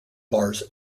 bars